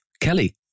Kelly